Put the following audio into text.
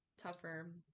tougher